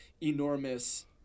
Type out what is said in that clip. enormous